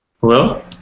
Hello